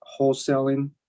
wholesaling